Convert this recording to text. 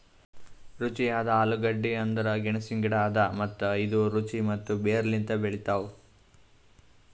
ರುಚಿಯಾದ ಆಲೂಗಡ್ಡಿ ಅಂದುರ್ ಗೆಣಸಿನ ಗಿಡ ಅದಾ ಮತ್ತ ಇದು ರುಚಿ ಮತ್ತ ಬೇರ್ ಲಿಂತ್ ಬೆಳಿತಾವ್